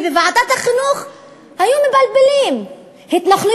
ובוועדת החינוך היו מבלבלים בין הדברים.